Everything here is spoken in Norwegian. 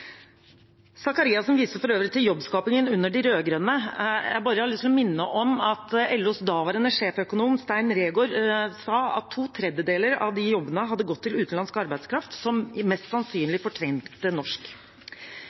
Representanten Sakariassen viser for øvrig til jobbskapingen under de rød-grønne. Jeg har lyst å minne om at LOs daværende sjeføkonom, Stein Reegård, sa at to tredjedeler av de jobbene hadde gått til utenlandsk arbeidskraft, som mest sannsynlig fortrengte norsk